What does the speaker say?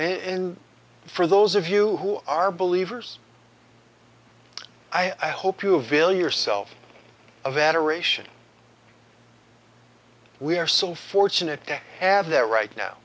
and for those of you who are believers i hope you avail yourself of adoration we are so fortunate to have that right now